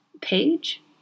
page